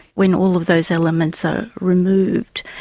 when all of those elements are removed,